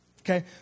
Okay